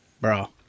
Bro